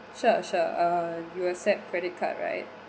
sure sure uh you accept credit card right